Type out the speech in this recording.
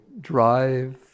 drive